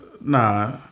Nah